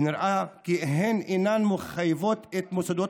ונראה כי הן אינן מחייבות את מוסדות